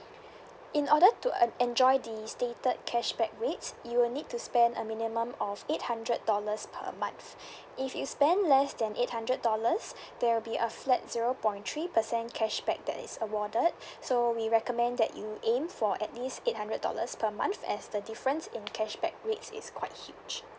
in order to en~ enjoy the stated cashback rates you will need to spend a minimum of eight hundred dollars per month if you spend less than eight hundred dollars there will be a flat zero point three percent cashback that is awarded so we recommend that you aim for at least eight hundred dollars per month as the difference in cashback rates is quite huge